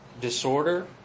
disorder